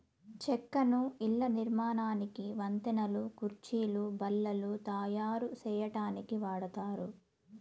చెక్కను ఇళ్ళ నిర్మాణానికి, వంతెనలు, కుర్చీలు, బల్లలు తాయారు సేయటానికి వాడతారు